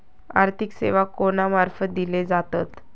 आर्थिक सेवा कोणा मार्फत दिले जातत?